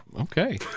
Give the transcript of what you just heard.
okay